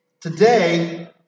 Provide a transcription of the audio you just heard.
Today